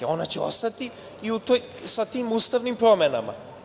Ona će ostati sa tim ustavnim promenama.